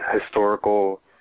historical